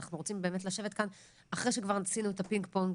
אנחנו רוצים באמת לשבת כאן אחרי שכבר עשינו את הפינג פונג